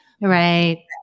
Right